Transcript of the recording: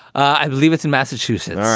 i believe it's in massachusetts.